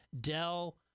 Dell